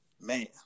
Man